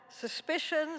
Suspicions